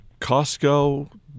Costco